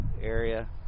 area